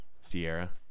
sierra